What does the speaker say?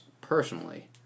personally